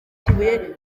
kibuye